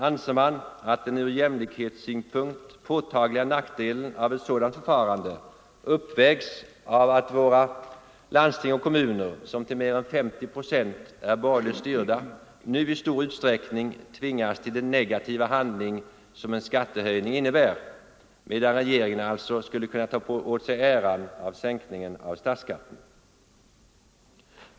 Anser man att den ur jäm likhetssynpunkt påtagliga nackdelen av ett sådant förfarande uppvägs av att våra landsting och kommuner, som till mer än 50 procent är borgerligt styrda, nu i stor utsträckning tvingas till den negativa handling som en skattehöjning innebär, medan regeringen alltså skulle kunna ta åt sig äran av sänkningen av statsskatten.